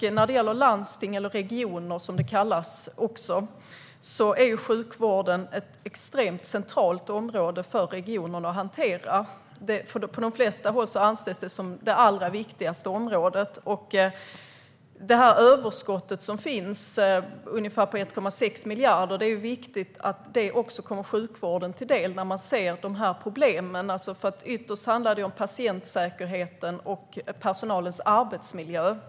Inom landsting, eller regioner som det också kallas, är sjukvården ett extremt centralt område att hantera. På de flesta håll anses den som det allra viktigaste området. När man ser de här problemen inser man att det är viktigt att överskottet på ungefär 1,6 miljarder också kommer sjukvården till del. Ytterst handlar det om patientsäkerheten och personalens arbetsmiljö.